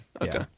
okay